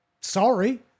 Sorry